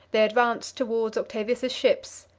they advanced toward octavius's ships,